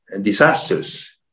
disasters